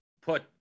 put